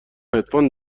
هدفون